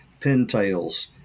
pintails